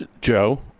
Joe